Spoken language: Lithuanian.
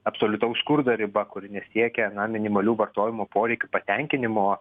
absoliutaus skurdo riba kuri nesiekia na minimalių vartojimo poreikių patenkinimo